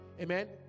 Amen